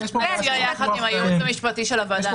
נשב יחד עם הייעוץ המשפטי של הוועדה.